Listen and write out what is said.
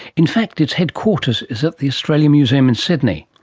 in fact its headquarters is at the australian museum in sydney.